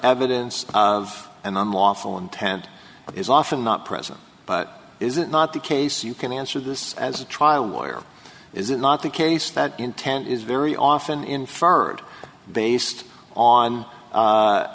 evidence of an unlawful intent is often not present but is it not the case you can answer this as a trial lawyer is it not the case that intent is very often inferred based on